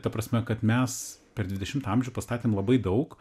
ta prasme kad mes per dvidešimtą amžių pastatėm labai daug